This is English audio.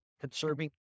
Conserving